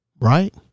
Right